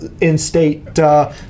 in-state